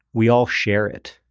we all share it.